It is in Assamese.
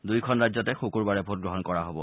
দুয়োখন ৰাজ্যতে শুকুৰবাৰে ভোটগ্ৰহণ কৰা হ'ব